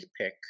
pick